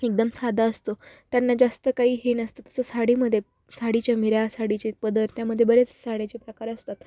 एकदम साधा असतो त्यांना जास्त काही हे नसतं तसं साडीमध्ये साडीच्या मिऱ्या साडीचे पदर त्यामध्ये बरेच साड्याचे प्रकार असतात